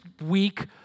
week